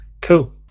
cool